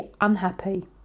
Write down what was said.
unhappy